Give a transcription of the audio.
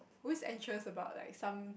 always anxious about like some